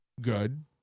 good